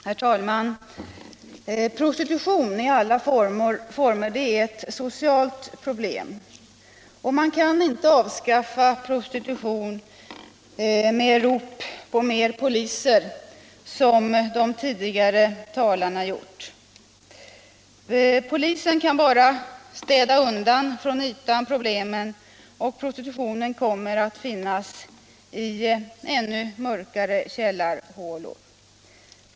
Herr talman! Prostitution i alla former är ett socialt problem, och man kan inte avskaffa den med rop på fler poliser, som de tidigare talarna tror. Polisen kan bara städa undan problemen från ytan; prostitutionen kommer att finnas kvar i ännu mörkare källarhålor.